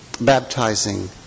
baptizing